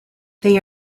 they